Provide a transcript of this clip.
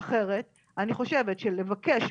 אחרת אני חושבת שלבקש,